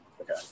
Okay